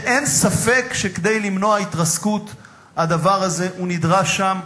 ואין ספק שכדי למנוע התרסקות הדבר הזה נדרש שם.